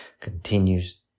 continues